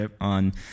On